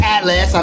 Atlas